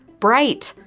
bright.